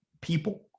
people